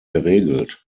geregelt